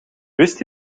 wist